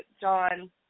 John